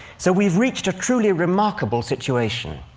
so, we've reached a truly remarkable situation,